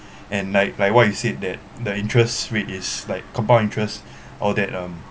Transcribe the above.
and like like what you said that the interest rate is like compound interest all that um